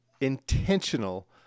intentional